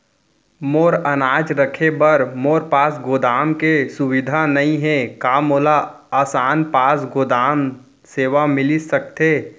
मोर अनाज रखे बर मोर पास गोदाम के सुविधा नई हे का मोला आसान पास गोदाम सेवा मिलिस सकथे?